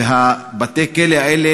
ובתי-הכלא האלה,